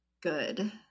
good